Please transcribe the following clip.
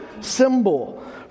symbol